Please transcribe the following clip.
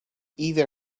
either